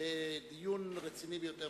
עיון רציני ביותר